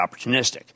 opportunistic